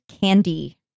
candy